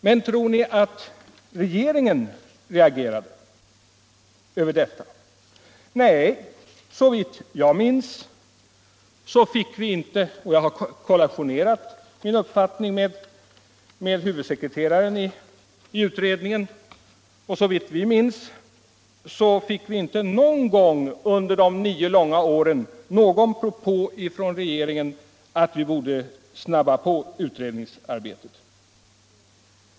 Men tror ni att regeringen reagerade inför detta? Nej, såvitt jag minns fick vi inte — och jag har kollationerat min uppfattning med huvudsekreteraren i utredningen — någon gång under de nio långa åren någon propå från regeringen att vi borde snabba på utredningsarbetet.